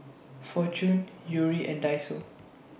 Fortune Yuri and Daiso